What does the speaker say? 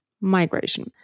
migration